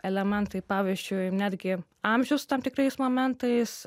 elementai pavyzdžiui netgi amžius tam tikrais momentais